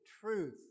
truth